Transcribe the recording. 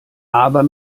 aber